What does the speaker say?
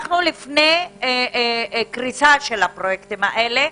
אנחנו בפני קריסה של הפרויקטים האלה,